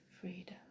freedom